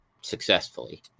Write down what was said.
successfully